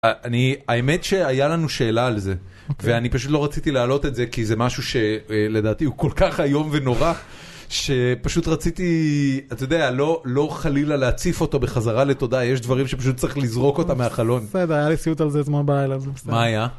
אני האמת שהיה לנו שאלה על זה ואני פשוט לא רציתי להעלות את זה כי זה משהו שלדעתי הוא כל כך איום ונורא שפשוט רציתי את יודע לא לא חלילה להציף אותו בחזרה לתודעה יש דברים שפשוט צריך לזרוק אותה מהחלון היה לי סיוט על זה אתמול בלילה מה היה